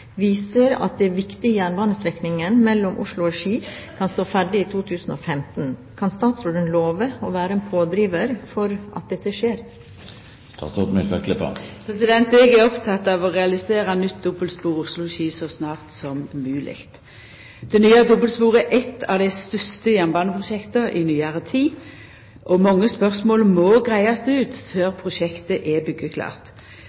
viser at den viktige jernbanestrekningen mellom Oslo og Ski kan stå ferdig i 2015. Kan statsråden love å være en pådriver for at dette skjer?» Eg er oppteken av å realisera nytt dobbeltspor Oslo–Ski så snart som mogleg. Det nye dobbeltsporet er eit av dei største jernbaneprosjekta i nyare tid, og mange spørsmål må greiast ut